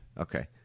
Okay